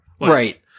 Right